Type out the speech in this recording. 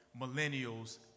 millennials